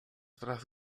tras